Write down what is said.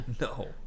no